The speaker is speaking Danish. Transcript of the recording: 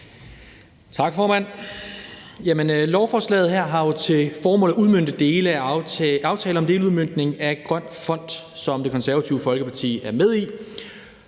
Tak, formand. Lovforslaget her har jo til formål at udmønte dele af aftale om deludmøntning af Grøn Fond, som Det Konservative Folkeparti er med i.